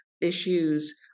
issues